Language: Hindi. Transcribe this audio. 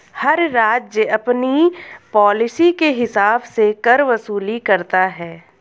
हर राज्य अपनी पॉलिसी के हिसाब से कर वसूली करता है